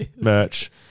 Merch